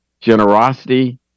generosity